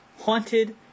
haunted